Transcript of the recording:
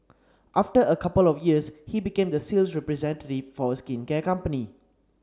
after a couple of years he became the sales representative for a skincare company